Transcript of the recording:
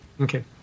Okay